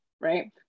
right